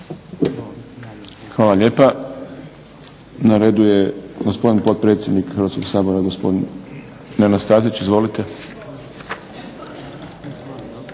Hvala lijepa. Na redu je gospodin potpredsjednik Hrvatskog sabora gospodin Nenad Stazić. Izvolite.